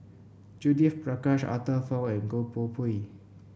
Judith Prakash Arthur Fong and Goh Koh Pui